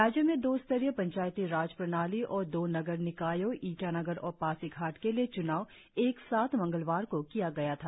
राज्य में दो स्तरीय पंचायती राज प्रणाली और दो नगर निकायो ईटानगर और पासीघाट के लिए च्नाव एक साथ मंगलवार को किया गया था